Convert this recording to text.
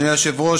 אדוני היושב-ראש,